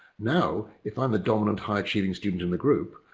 now, if i'm the dominant, high achieving student in the group,